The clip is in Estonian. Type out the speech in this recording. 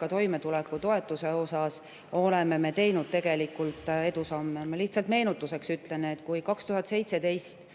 Ka toimetulekutoetuse puhul oleme me teinud tegelikult edusamme. Lihtsalt meenutuseks ütlen, et kui 2017